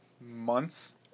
months